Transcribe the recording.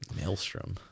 Maelstrom